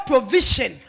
Provision